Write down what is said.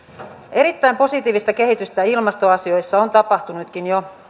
erittäin positiivista kehitystä ilmastoasioissa on tapahtunutkin jo